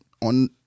on